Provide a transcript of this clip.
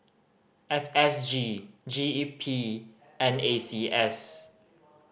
S S G G E P and A C E S